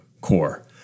core